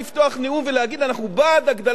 אנחנו בעד הגדלת הגירעון ל-3%,